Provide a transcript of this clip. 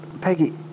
Peggy